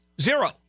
Zero